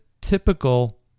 typical